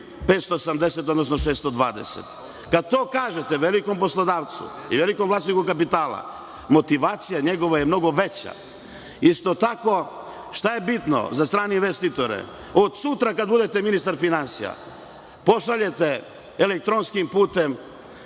580, odnosno 620. Kad to kažete velikom poslodavcu, velikom vlasniku kapitala, njegova motivacija je mnogo veća. Isto tako, šta je bitno za strane investitore? Od sutra kad budete ministar finansija, pošaljete elektronskim putem